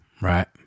Right